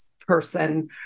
person